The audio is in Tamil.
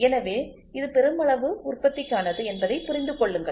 எனவே இது பெருமளவு உற்பத்திக்கானது என்பதை புரிந்து கொள்ளுங்கள்